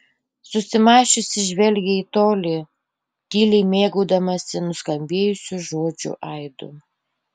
susimąsčiusi žvelgė į tolį tyliai mėgaudamasi nuskambėjusių žodžių aidu